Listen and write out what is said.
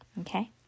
Okay